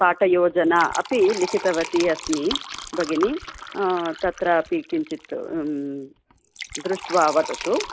पाठयोजना अपि लिखितवती अस्मि भगिनी तत्रापि किञ्चित् दृष्ट्वा वदतु